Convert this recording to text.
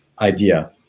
idea